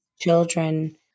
children